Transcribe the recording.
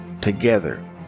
together